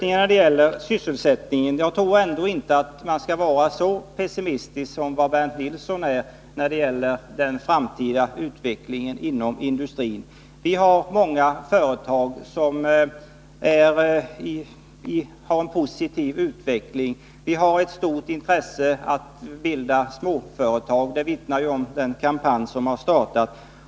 När det gäller sysselsättningen tror jag inte att man skall vara så pessimistisk som Bernt Nilsson är i fråga om den framtida utvecklingen inom industrin. Vi har många företag som uppvisar en positiv utveckling, och det finns ett stort intresse för att bilda småföretag — det vittnar den kampanj om som har startat.